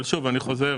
עד